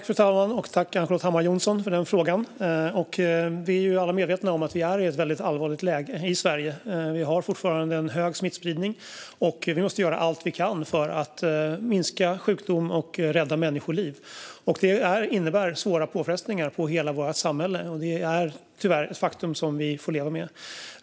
Fru talman! Tack, Ann-Charlotte Hammar Johnsson, för frågan! Vi är alla medvetna om att vi befinner oss i ett allvarligt läge i Sverige. Fortfarande är smittspridningen hög, och vi måste göra allt vi kan för att minska sjukdom och rädda människoliv. Det innebär svåra påfrestningar på hela samhället. Det är tyvärr ett faktum som vi får leva med.